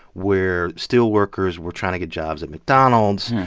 where steel workers were trying to get jobs at mcdonald's.